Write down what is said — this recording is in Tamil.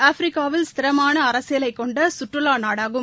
ஆப்பிரிக்காவில் ஸ்திரமான அரசியலை கொண்ட சுற்றுலா இங்கு நாடாகும்